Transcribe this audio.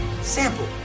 sample